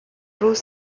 روز